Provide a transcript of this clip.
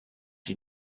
you